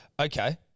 Okay